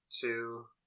two